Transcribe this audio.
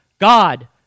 God